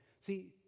See